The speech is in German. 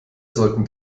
sollten